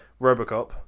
Robocop